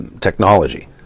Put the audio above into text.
technology